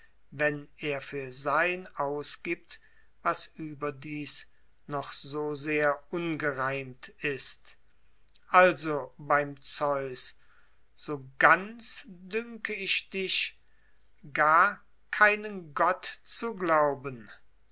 wenn er für sein ausgibt was überdies noch so sehr ungereimt ist also beim zeus so ganz dünke ich dich gar keinen gott zu glauben